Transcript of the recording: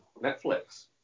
Netflix